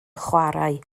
chwarae